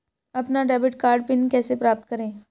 अपना debit card pin कैसे प्राप्त करें?